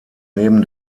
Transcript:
neben